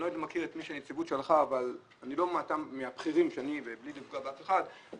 אני לא מכיר את נציג הנציבות מבלי לפגוע - אבל